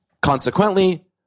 Consequently